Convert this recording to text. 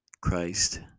Christ